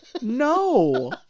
No